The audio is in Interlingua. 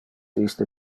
iste